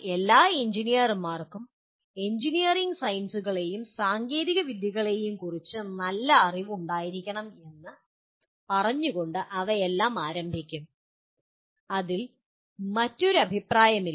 എല്ലാ നല്ല എഞ്ചിനീയർമാർക്കും എഞ്ചിനീയറിംഗ് സയൻസുകളെയും സാങ്കേതികവിദ്യകളെയും കുറിച്ച് നല്ല അറിവ് ഉണ്ടായിരിക്കണം എന്ന് പറഞ്ഞുകൊണ്ട് അവയെല്ലാം ആരംഭിക്കും അതിൽ മറ്റൊരു അഭിപ്രായമില്ല